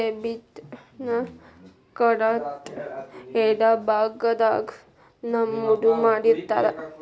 debit ನ ಖಾತಾದ್ ಎಡಭಾಗದಾಗ್ ನಮೂದು ಮಾಡಿರ್ತಾರ